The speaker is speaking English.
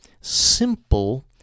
simple